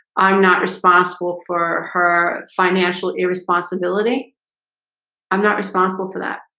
i'm not responsible for her financial irresponsibility i'm not responsible for that.